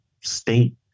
state